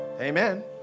Amen